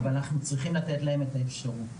אנחנו צריכים לתת להם אפשרות כזו.